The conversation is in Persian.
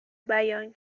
بیان